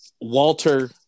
Walter